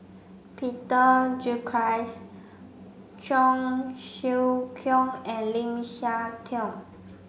Peter Gilchrist Cheong Siew Keong and Lim Siah Tong